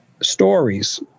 stories